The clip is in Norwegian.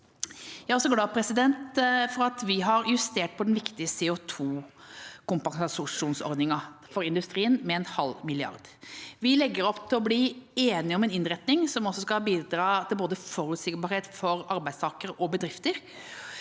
Jeg er også glad for at vi har justert den viktige CO2kompensasjonsordningen for industrien med en halv milliard kroner. Vi legger opp til å bli enige om en innretning som skal bidra til forutsigbarhet for arbeidstakere og bedrifter,